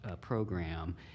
program